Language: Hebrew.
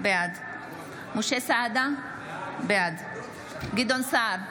בעד משה סעדה, בעד גדעון סער,